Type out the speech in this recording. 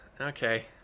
Okay